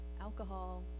alcohol